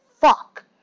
fuck